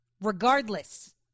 regardless